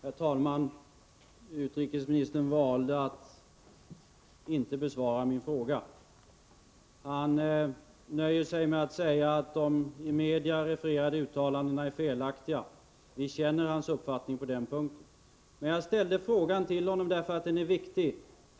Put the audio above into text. Herr talman! Utrikesministern valde att inte svara på min fråga. Han nöjer sig med att säga att de i media refererade uttalandena är felaktiga. Vi känner hans uppfattning på den punkten. Jag ställde frågan till honom därför att den är viktig.